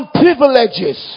privileges